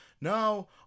now